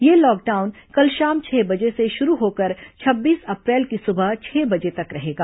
यह लॉकडाउन कल शाम छह बजे से शुरू होकर छब्बीस अप्रैल की सुबह छह बजे तक रहेगा